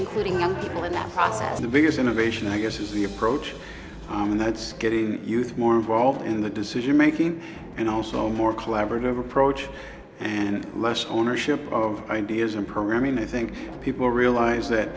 on people in that process the biggest innovation i guess is the approach and that's getting the youth more involved in the decision making and also more collaborative approach and less ownership of ideas and programming i think people realize that